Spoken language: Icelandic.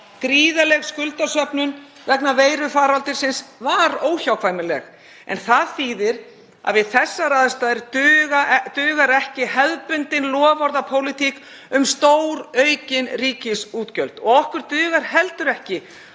Gríðarleg skuldasöfnun vegna veirufaraldursins var óhjákvæmileg. En það þýðir að við þessar aðstæður dugar ekki hefðbundin loforðapólitík um stóraukin ríkisútgjöld. Okkur dugar heldur ekki